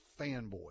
fanboy